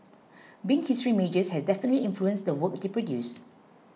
being history majors has definitely influenced the work they produce